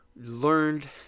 learned